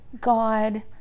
God